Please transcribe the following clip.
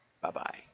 Bye-bye